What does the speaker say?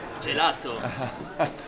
Gelato